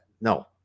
no